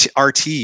RT